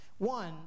One